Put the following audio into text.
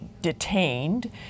detained